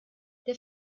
der